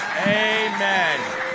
amen